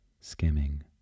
skimming